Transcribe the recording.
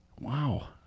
Wow